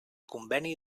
conveni